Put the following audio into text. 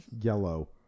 yellow